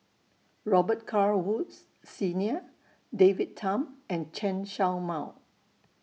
Robet Carr Woods Senior David Tham and Chen Show Mao